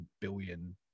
billion